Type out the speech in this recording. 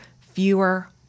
fewer